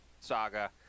saga